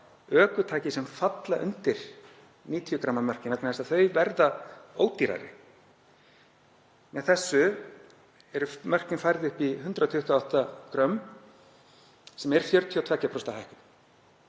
ökutæki sem falla undir 90 g mörkin vegna þess að þau verða ódýrari. Með þessu eru mörkin færð upp í 128 g sem er 42% hækkun.